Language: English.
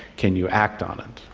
can you act on it?